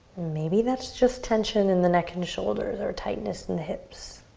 maybe that's just tension in the neck and shoulders or tightness in the hips.